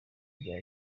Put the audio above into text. rya